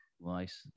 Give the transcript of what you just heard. Nice